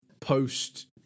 post